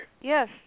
Yes